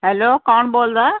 hello ਕੌਣ ਬੋਲਦਾ